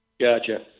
Gotcha